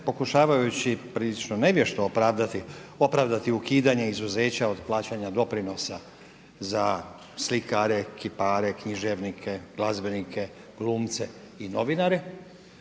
pokušavajući prilično nevješto opravdati ukidanje izuzeća od plaćanja doprinosa za slikare, kipare, književnike, glazbenike, glumce i novinare